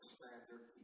Standard